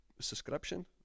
subscription